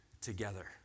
together